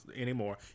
anymore